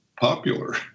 popular